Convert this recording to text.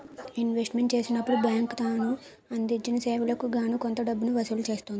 investment చేసినప్పుడు bank తను అందించిన సేవలకు గాను కొంత డబ్బును వసూలు చేస్తుంది